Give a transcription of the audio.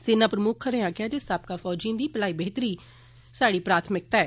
सेना प्रमुक्ख होरें आक्खेआ जे साबका फौजियें दी भलाई बेह्तरी स्हाड़ी प्राथमिकता ऐ